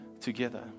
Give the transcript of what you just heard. together